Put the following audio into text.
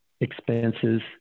expenses